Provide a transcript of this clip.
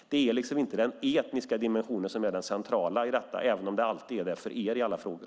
Det är inte den etniska dimensionen som är det centrala i detta, även om det alltid är så för er i alla frågor.